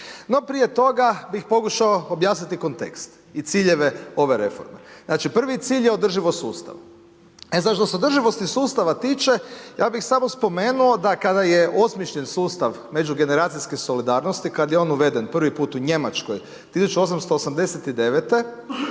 prije toga bih pokušao objasniti kontekst i ciljeve ove reforme. Znači prvi cilj je održivost sustava. E sad što se održivosti sustava tiče, ja bih samo spomenuo da kada je osmišljen sustav međugeneracijske solidarnosti, kada je on uveden prvi put u Njemačkoj 1889.